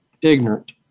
ignorant